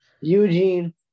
Eugene